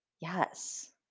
Yes